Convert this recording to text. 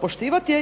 poštivati